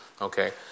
okay